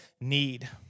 need